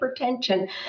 hypertension